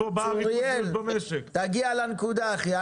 צוריאל, תגיע לנקודה אחי.